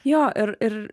jo ir ir